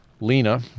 Lena